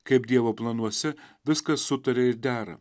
kaip dievo planuose viskas sutaria ir dera